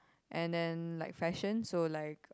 and then like fashion so like